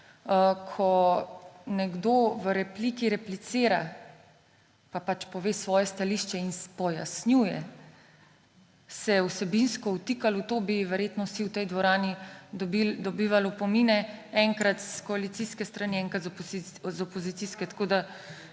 ko nekdo v repliki replicira pa pač pove svoje stališče in pojasnjuje, se vsebinsko vtikali v to, bi verjetno vsi v tej dvorani dobivali opomine, enkrat iz koalicijske strani, enkrat iz opozicijske. Vaš